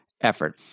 effort